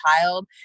child